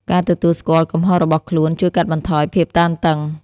ការទទួលស្គាល់កំហុសរបស់ខ្លួនជួយកាត់បន្ថយភាពតានតឹង។